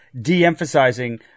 de-emphasizing